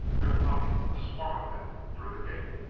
they're coming a swarm of them through the gate!